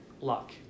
luck